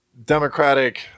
Democratic